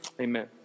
Amen